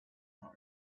heart